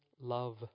love